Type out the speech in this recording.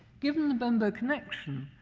given the bembo connection,